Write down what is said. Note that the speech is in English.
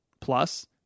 plus